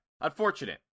unfortunate